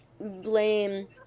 blame